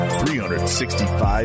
365